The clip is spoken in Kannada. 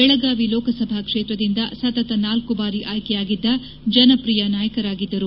ಬೆಳಗಾವಿ ಲೋಕಸಭಾ ಕ್ಷೇತ್ರದಿಂದ ಸತತ ನಾಲ್ಕು ಬಾರಿ ಆಯ್ಕೆ ಯಾಗಿದ್ದ ಜನಪ್ರಿಯ ನಾಯಕರಾಗಿದ್ದರು